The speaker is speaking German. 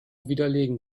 widerlegen